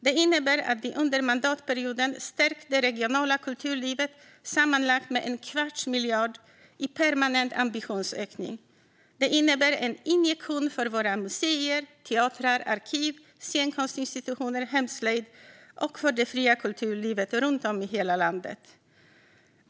Det innebär att vi under mandatperioden har stärkt det regionala kulturlivet med sammanlagt en kvarts miljard i permanent ambitionsökning. Det innebär en injektion för våra museer, teatrar, arkiv, scenkonstinstitutioner, hemslöjden och det fria kulturlivet i hela landet.